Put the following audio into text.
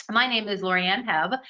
my name is lauriann hebb.